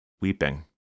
weeping